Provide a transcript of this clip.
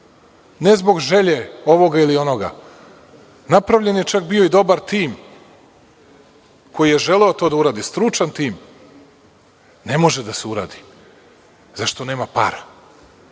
Ne zbog želje ovoga ili onoga, napravljen je čak bio i dobar tim koji je želeo to da uradi, stručan tim. Ne može da se uradi zato što nema para.